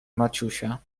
maciusia